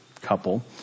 couple